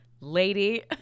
Lady